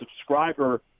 subscriber